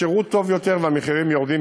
השירות טוב יותר והמחירים יורדים,